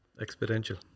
Exponential